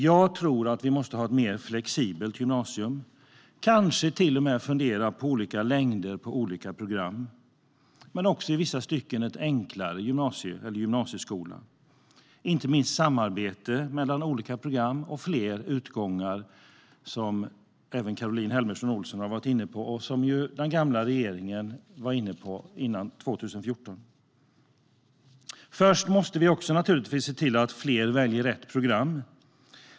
Jag tror att vi måste ha ett mer flexibelt gymnasium. Vi kanske till och med måste fundera på olika längder på olika program och också, i vissa stycken, på en enklare gymnasieskola. Det handlar inte minst om samarbete mellan olika program och fler utgångar, vilket även Caroline Helmersson Olsson har varit inne på och som den förra regeringen var inne på före 2014. Först måste vi naturligtvis se till att fler väljer rätt program.